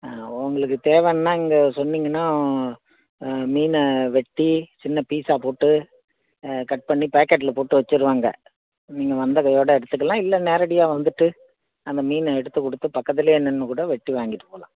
ஆ உங்களுக்கு தேவைன்னா இங்கே சொன்னிங்கன்னா மீனை வெட்டி சின்ன பீஸாக போட்டு கட் பண்ணி பேக்கட்டில் போட்டு வெச்சுருவாங்க நீங்கள் வந்த கையோடய எடுத்துக்கலாம் இல்லை நேரடியாக வந்துட்டு அந்த மீனை எடுத்து கொடுத்து பக்கத்துலேயே நின்று கூட வெட்டி வாங்கிட்டு போகலாம்